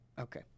Okay